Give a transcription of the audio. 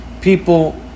people